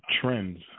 trends